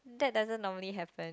that doesn't normally happen